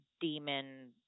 demon